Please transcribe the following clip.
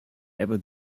ever